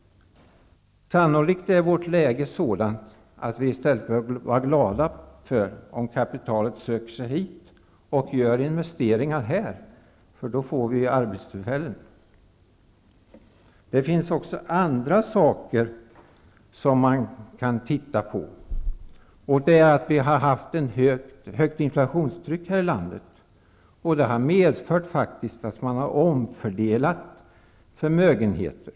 Sannolikt är vårt läge sådant att vi i stället bör vara glada om kapitalstarka människor söker sig hit och gör investeringar här. Det skulle leda till arbetstillfällen. Det finns också annat som man kan studera. Ett högt inflationstryck här i landet har medfört att man har omfördelat förmögenheter.